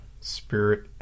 Spirit